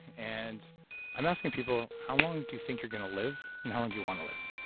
and i'm asking people, how long do you think you're going to live, and how long do you want to live?